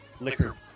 liquor